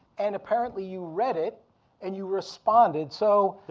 and apparently, you read it and you responded. so